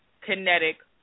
kinetic